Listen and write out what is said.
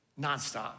nonstop